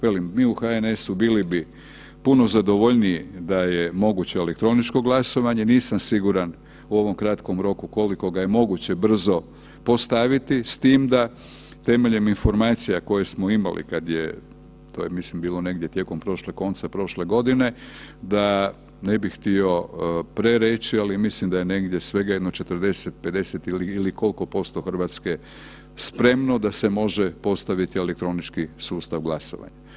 Velim mi u HNS-u bili bi puno zadovoljniji da je moguće elektroničko glasovanje, nisam siguran u ovom kratkom roku koliko ga je moguće brzo postaviti s tim da temeljem informacija koje smo imali kada je to je mislim bilo tijekom prošle koncem prošle godine da ne bih htio prereći, ali mislim da je negdje svega jedno 40, 50 ili koliko posto Hrvatske spremno da se može postaviti elektronički sustav glasovanja.